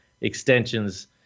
extensions